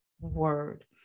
word